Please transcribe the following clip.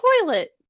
toilet